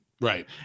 Right